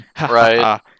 Right